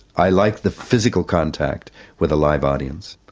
i like the physical contact with a live audience.